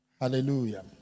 Hallelujah